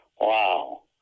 Wow